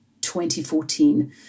2014